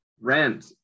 rent